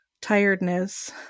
tiredness